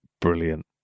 Brilliant